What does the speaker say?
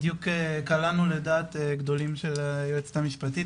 בדיוק קלענו לדעת גדולים של היועצת המשפטית,